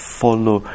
follow